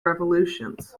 revolutions